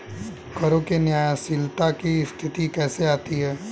करों में न्यायशीलता की स्थिति कैसे आती है?